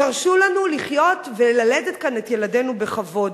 תרשו לנו לחיות וללדת כאן את ילדינו בכבוד.